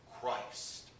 Christ